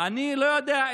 אני לא יודע,